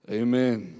amen